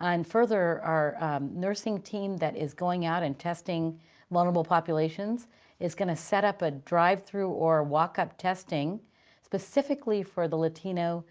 and further, our nursing team that is going out and testing vulnerable populations is going to set up a drive-thru or walk up testing specifically for the latino